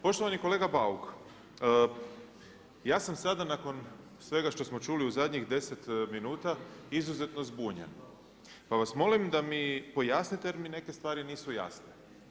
Poštovani kolega Bauk, ja sam sada nakon svega što smo čuli u zadnjih deset minuta izuzetno zbunjen pa vas molim da mi pojasnite jer mi neke stvari nisu jasne.